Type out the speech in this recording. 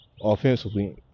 offensively